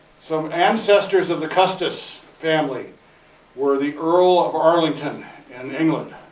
some ancestors of the custis family were the earl of arlington and england.